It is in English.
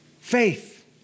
Faith